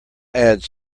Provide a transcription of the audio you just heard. ads